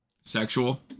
sexual